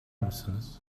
misiniz